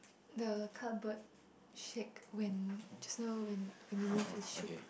the cupboard shake when just now when when you move it shook